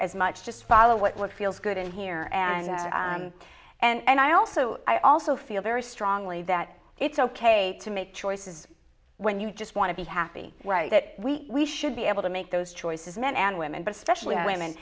as much just follow what feels good in here and and i also i also feel very strongly that it's ok to make choices when you just want to be happy right that we should be able to make those choices men and women but especially women